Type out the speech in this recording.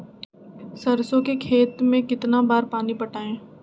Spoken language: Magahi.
सरसों के खेत मे कितना बार पानी पटाये?